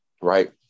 Right